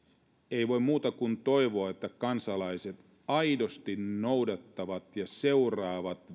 ei voi muuta kuin toivoa että kansalaiset aidosti noudattavat ja seuraavat